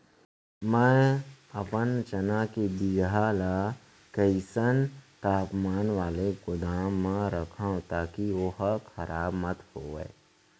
मैं अपन चना के बीजहा ल कइसन तापमान वाले गोदाम म रखव ताकि ओहा खराब मत होवय?